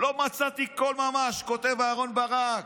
לא מצאתי כל ממש", כותב אהרן ברק.